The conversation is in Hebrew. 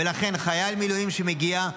ולכן חייל מילואים שמגיע,